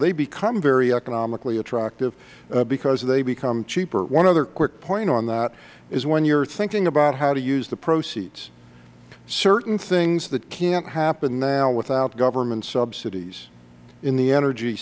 they become very economically attractive because they become cheaper one other quick point on that is when you are thinking about how to use the proceeds certain things that can't happen now without government subsidies in the energy